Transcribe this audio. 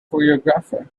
choreographer